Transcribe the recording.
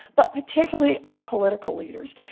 but particularly our political leaders.